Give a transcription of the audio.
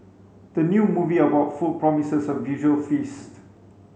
the new movie about food promises a visual feast